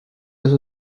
eso